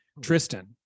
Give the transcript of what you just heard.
Tristan